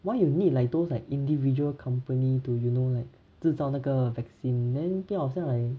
why you need like those like individual company to you know like 制造那个 vaccine then 不会好像啦